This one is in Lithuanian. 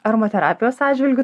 aromaterapijos atžvilgiu